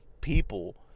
people